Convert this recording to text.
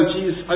Jesus